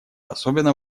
особенно